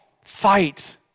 fight